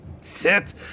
sit